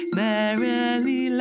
merrily